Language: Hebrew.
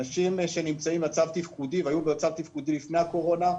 אנשים שנמצאים במצב תפקודי והיו במצב תפקודי לפני הקורונה,